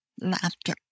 laughter